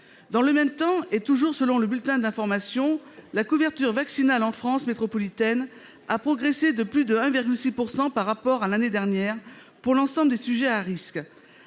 Dans le même temps, toujours selon le bulletin d'information de l'ANSP, la couverture vaccinale en France métropolitaine a progressé de 1,6 % par rapport à l'année dernière pour l'ensemble des sujets à risque.